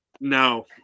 No